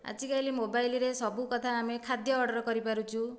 ଆଜିକାଲି ମୋବାଇଲ୍ରେ ସବୁ କଥା ଆମେ ଖାଦ୍ୟ ଅର୍ଡ଼ର୍ କରିପାରୁଛୁ